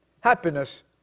happiness